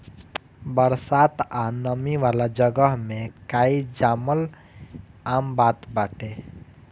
बरसात आ नमी वाला जगह में काई जामल आम बात बाटे